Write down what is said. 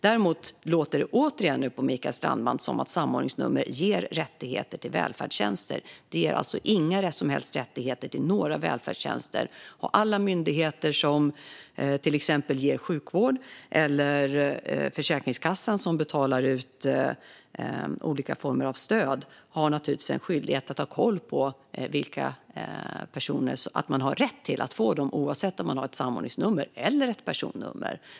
Däremot låter det återigen på Mikael Strandman som om samordningsnummer ger rättigheter till välfärdstjänster. De ger inga som helst rättigheter till några välfärdstjänster. Alla myndigheter som exempelvis ger sjukvård, eller Försäkringskassan som betalar ut olika stöd, har naturligtvis en skyldighet att ha koll på om personerna har rätt till att få dem, oavsett om de har samordningsnummer eller personnummer.